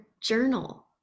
journal